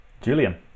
Julian